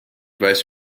weiß